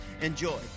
enjoy